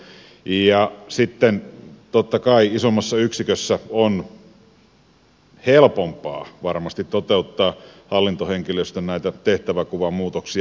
ja sitten totta kai isommassa yksikössä on helpompaa varmasti toteuttaa hallintohenkilöstön tehtävänkuvan muutoksia